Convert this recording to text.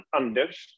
Anders